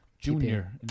junior